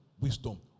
wisdom